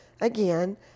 again